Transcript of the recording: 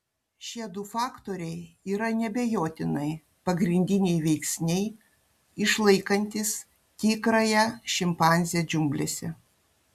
šie du faktoriai yra neabejotinai pagrindiniai veiksniai išlaikantys tikrąją šimpanzę džiunglėse